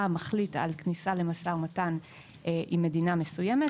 מחליט על כניסה למשא ומתן עם מדינה מסוימת,